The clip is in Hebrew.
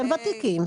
שהם ותיקים,